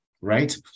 right